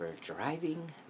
driving